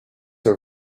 have